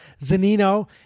Zanino